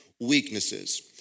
weaknesses